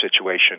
situation